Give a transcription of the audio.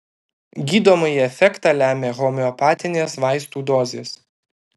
gydomąjį efektą lemia homeopatinės vaistų dozės